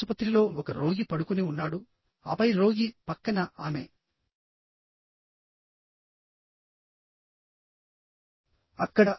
ఆసుపత్రిలో ఒక రోగి పడుకుని ఉన్నాడు ఆపై రోగి పక్కన ఆమె అక్కడ